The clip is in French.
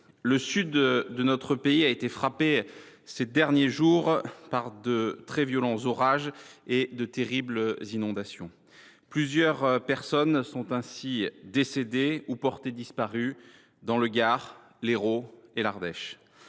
le sud de notre pays a été frappé par de très violents orages et de terribles inondations. Plusieurs personnes sont décédées ou portées disparues dans le Gard, l’Hérault et l’Ardèche.